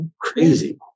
crazy